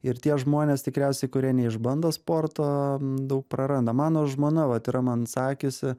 ir tie žmonės tikriausiai kurie neišbando sporto daug praranda mano žmona vat yra man sakiusi